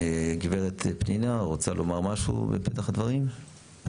גב' פנינה, רוצה לומר משהו בפתח הדברים?